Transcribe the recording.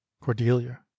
cordelia